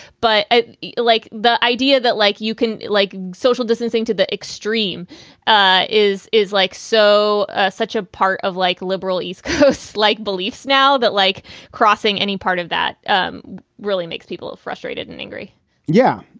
but i like the idea that, like, you can like social distancing to the extreme ah is is like so ah such a part of like liberal east coast like beliefs. now that like crossing any part of that um really makes people ah frustrated and angry yeah.